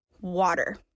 Water